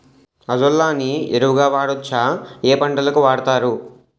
Azolla ని ఎరువు గా వాడొచ్చా? ఏ పంటలకు వాడతారు?